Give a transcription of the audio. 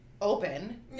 open